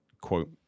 quote